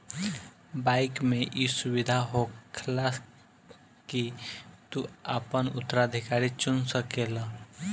bike मे ई सुविधा होखेला की तू आपन उत्तराधिकारी चुन सकेल